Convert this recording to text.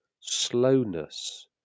slowness